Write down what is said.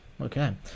okay